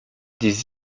des